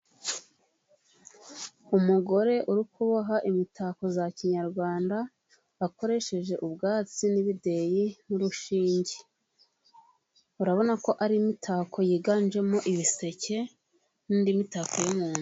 Umugore urikuboha imitako za kinyarwanda, akoresheje ubwatsi n' ibideyi n' urushinge urabona ko ari imitako yiganjemo ibiseke n' indi mitako yo mu nzu.